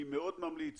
אני מאוד ממליץ